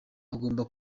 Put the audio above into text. agomba